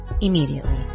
immediately